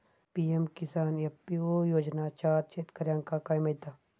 PM Kisan FPO योजनाच्यात शेतकऱ्यांका काय मिळता?